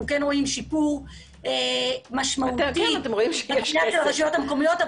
כן רואים שיפור בגביית הרשויות המקומיות.